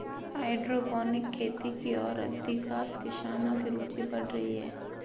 hydroponic खेती की ओर अधिकांश किसानों की रूचि बढ़ रही है